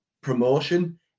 promotion